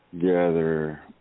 gather